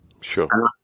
Sure